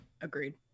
Agreed